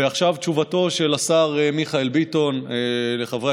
ועכשיו תשובתו של השר מיכאל ביטון לחברת